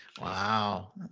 Wow